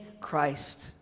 Christ